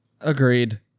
agreed